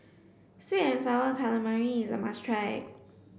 sweet and sour calamari is a must try